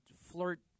flirt